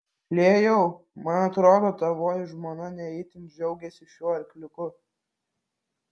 klėjau man atrodo tavoji žmona ne itin džiaugiasi šiuo arkliuku